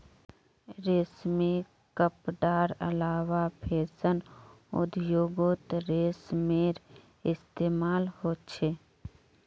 रेशमी कपडार अलावा फैशन उद्द्योगोत रेशमेर इस्तेमाल होचे